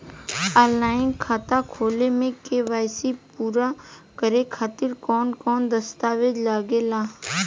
Online खाता खोले में के.वाइ.सी पूरा करे खातिर कवन कवन दस्तावेज लागे ला?